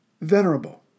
venerable